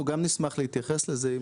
אנחנו גם נשמח להתייחס לזה.